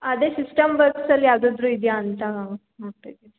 ಅದೇ ಸಿಸ್ಟಮ್ ವರ್ಕ್ಸ್ಲ್ಲಿ ಯಾವುದಾದ್ರು ಇದೆಯಾ ಅಂತ ನೋಡ್ತಾ ಇದ್ದೀನಿ